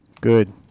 Good